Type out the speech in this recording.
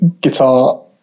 guitar